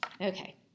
Okay